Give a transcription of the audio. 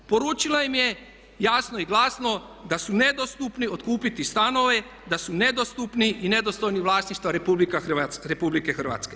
Poručila im je jasno i glasno da su nedopustupni otkupiti stanove, da su nedostupni i nedostojni vlasništva RH.